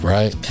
Right